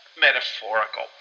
metaphorical